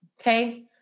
Okay